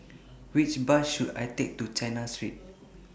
Which Bus should I Take to China Street